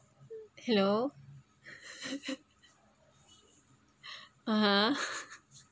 hello (uh huh)